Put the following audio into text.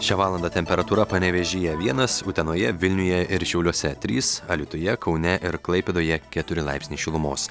šią valandą temperatūra panevėžyje vienas utenoje vilniuje ir šiauliuose trys alytuje kaune ir klaipėdoje keturi laipsniai šilumos